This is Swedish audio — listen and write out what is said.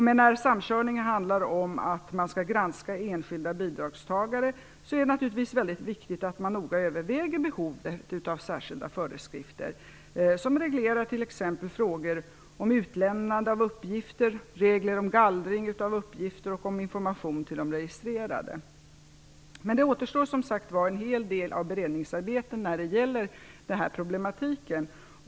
Men om samkörningen gäller att granska enskilda bidragstagare, är det viktigt att man noga överväger behovet av särskilda föreskrifter som t.ex. reglerar utlämnande av uppgifter, gallring av uppgifter och information till de registrerade. Men det återstår som sagt var en hel del beredningsarbete med den här problematiken.